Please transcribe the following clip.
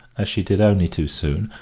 as she did only too soon,